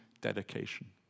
dedication